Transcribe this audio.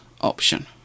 option